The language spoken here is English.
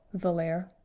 valere,